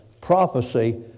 prophecy